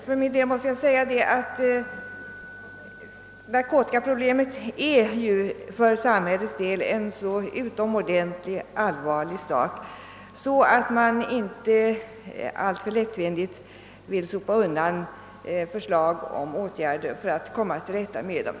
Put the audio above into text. För min del måste jag säga att narkotikaproblemet är för samhällets del en så utomordentligt allvarlig sak, att man inte alltför lättvindigt vill sopa undan förslag om åtgärder för att komma till rätta med det.